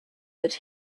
that